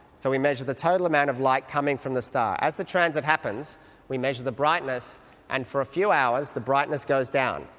so we measure the total amount of light coming from the star. as the transit happens we measure the brightness and for a few hours the brightness goes down.